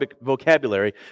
vocabulary